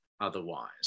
otherwise